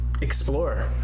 Explore